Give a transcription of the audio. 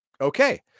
Okay